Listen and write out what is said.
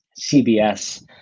CBS